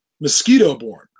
mosquito-borne